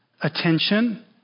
attention